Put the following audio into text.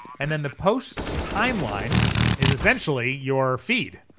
and then the posts timeline is essentially your feed.